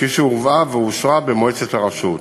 כפי שהועברה ואושרה במועצת הרשות.